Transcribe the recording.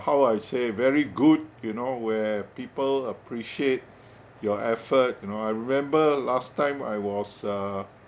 how I say very good you know where people appreciate your effort you know I remember last time I was uh